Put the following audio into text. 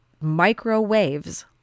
microwaves